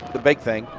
the big thing.